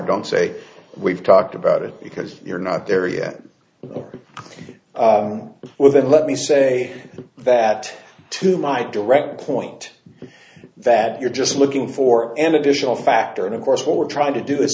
don't say we've talked about it because you're not there yet but with that let me say that to my direct point that you're just looking for an additional factor and of course what we're trying to do